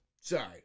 Sorry